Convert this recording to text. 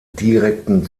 direkten